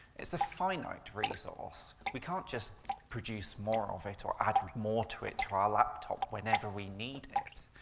it's a finite resource. we can't just produce more of it or add more to it to our laptop whenever we need it.